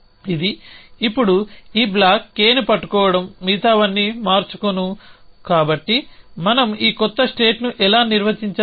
ఇది ఇప్పుడు ఈ బ్లాక్ K ని పట్టుకోవడం మిగతావన్నీ మార్చుకొను కాబట్టి మనం ఈ కొత్త స్టేట్ ని ఎలా నిర్వచించాలి